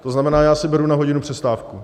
To znamená, já si beru na hodinu přestávku.